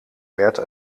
werd